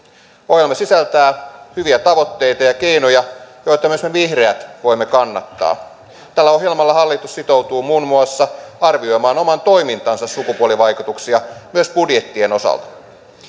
ohjelma sisältää hyviä tavoitteita ja keinoja joita myös me vihreät voimme kannattaa tällä ohjelmalla hallitus sitoutuu muun muassa arvioimaan oman toimintansa sukupuolivaikutuksia myös budjettien osalta